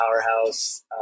powerhouse